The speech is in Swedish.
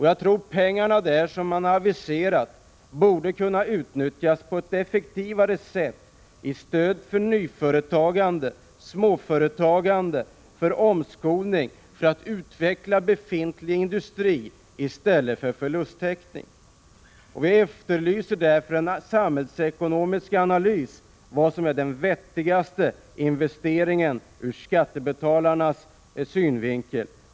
Jag tror att pengarna som har aviserats borde kunna utnyttjas på ett effektivare sätt genom att man stödjer nyföretagande, småföretagande och omskolning för att befintlig industri skall utvecklas i stället för att man ger förlusttäckning. Vi efterlyser därför en samhällsekonomisk analys över vad som är den vettigaste investeringen ur skattebetalarnas synvinkel.